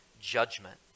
judgment